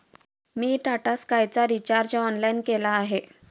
मी टाटा स्कायचा recharge online केला आहे